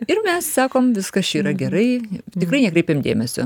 ir mes sakom viskas čia yra gerai tikrai nekreipiam dėmesio